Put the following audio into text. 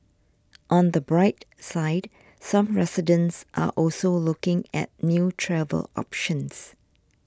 on the bright side some residents are also looking at new travel options